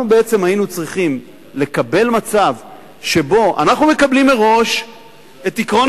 אנחנו בעצם היינו צריכים לקבל מצב שבו אנחנו מקבלים מראש את עקרון